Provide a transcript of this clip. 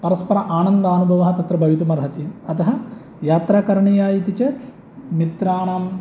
परस्पर आनन्दानुभवः तत्र भवितुमर्हति अतः यात्रा करणीया इति चेत् मित्राणां